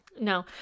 No